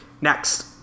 Next